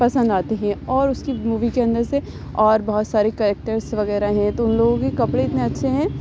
پسند آتے ہیں اور اس کی مووی کے اندر سے اور بہت سارے کیریکٹرس وغیرہ ہیں تو ان لوگوں کے کپڑے اتنے اچھے ہیں